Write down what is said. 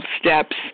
steps